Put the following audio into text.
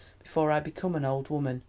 before i become an old woman.